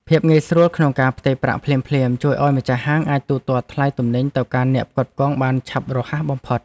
ភាពងាយស្រួលក្នុងការផ្ទេរប្រាក់ភ្លាមៗជួយឱ្យម្ចាស់ហាងអាចទូទាត់ថ្លៃទំនិញទៅកាន់អ្នកផ្គត់ផ្គង់បានឆាប់រហ័សបំផុត។